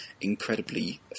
incredibly